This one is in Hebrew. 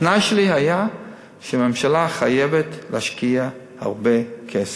התנאי שלי היה שהממשלה חייבת להשקיע הרבה כסף,